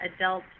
adult